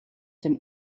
dem